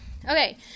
Okay